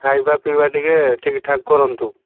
ଖାଇବା ପିଇବା ଟିକେ ଠିକ୍ଠାକ୍ କରନ୍ତୁ